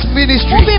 ministry